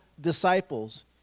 disciples